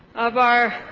of our